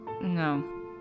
No